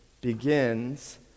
begins